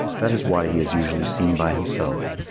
that is why he is usually seen by himself,